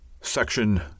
Section